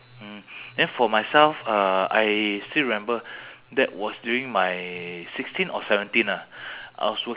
arcade arcade area lah I know this manager very well uh I met him at uh